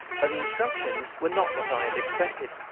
but the instructions were not what i had expected.